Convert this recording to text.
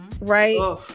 right